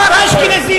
נראה אותך יורד.